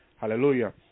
hallelujah